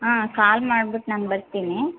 ಹಾಂ ಕಾಲ್ ಮಾಡ್ಬಿಟ್ಟು ನಾನು ಬರ್ತೀನಿ